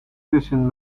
tussen